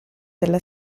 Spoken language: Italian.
della